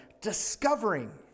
discovering